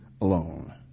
alone